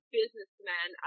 businessman